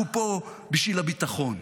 אנחנו פה בשביל הביטחון,